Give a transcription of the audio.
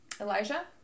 Elijah